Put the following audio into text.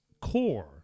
core